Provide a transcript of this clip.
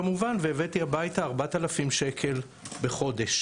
כמובן והבאתי הביתה 4000 שקל בחודש,